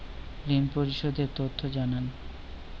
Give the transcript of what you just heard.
ঋন পরিশোধ এর তথ্য জানান